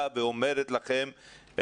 שאומרת לכם,